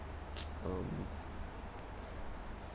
um